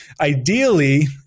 ideally